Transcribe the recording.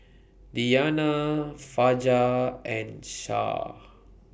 Diyana Fajar and Shah